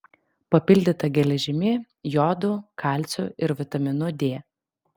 papildyta geležimi jodu kalciu ir vitaminu d